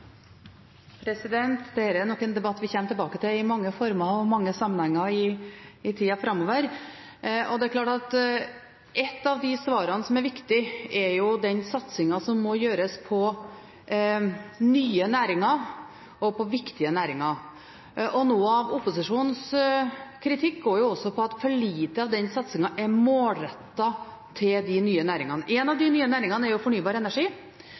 nok en debatt vi kommer tilbake til i mange former og i mange sammenhenger i tida framover. Og det er klart at ett av de svarene som er viktige, er den satsingen som må gjøres på nye næringer og på viktige næringer. Noe av opposisjonens kritikk går også på at for lite av den satsingen er målrettet mot de nye næringene. En av de nye næringene er fornybar energi,